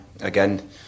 Again